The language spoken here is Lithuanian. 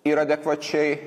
ir adekvačiai